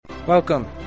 Welcome